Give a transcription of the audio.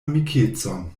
amikecon